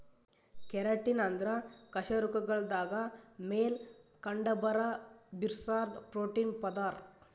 keratin ಅಂದ್ರ ಕಶೇರುಕಗಳ್ದಾಗ ಮ್ಯಾಲ್ ಕಂಡಬರಾ ಬಿರ್ಸಾದ್ ಪ್ರೋಟೀನ್ ಪದರ್